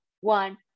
one